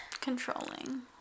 Controlling